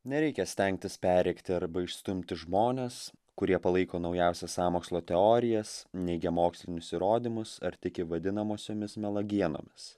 nereikia stengtis perrėkti arba išstumti žmones kurie palaiko naujausias sąmokslo teorijas neigia mokslinius įrodymus ar tiki vadinamosiomis melagienomis